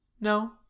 No